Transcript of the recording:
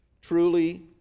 truly